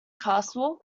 castle